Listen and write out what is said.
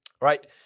Right